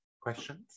Questions